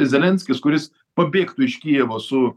zelenskis kuris pabėgtų iš kijevo su